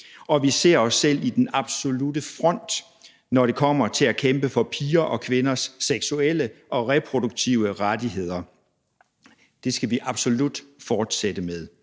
og vi ser os selv i den absolutte front, når det kommer til at kæmpe for pigers og kvinders seksuelle og reproduktive rettigheder. Det skal vi absolut fortsætte med.